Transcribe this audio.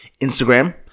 Instagram